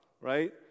right